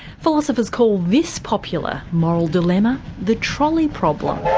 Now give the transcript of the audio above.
philosophers call this popular moral dilemma, the trolley problem.